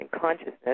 consciousness